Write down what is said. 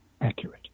accurate